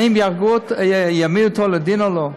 האם יעמידו אותו לדין או לא?